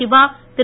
Siva Thiru